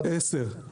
עשר.